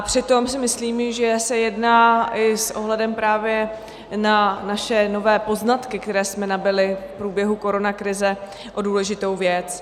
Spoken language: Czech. Přitom si myslím, že se jedná i s ohledem právě na naše nové poznatky, které jsme nabyli v průběhu koronakrize, o důležitou věc.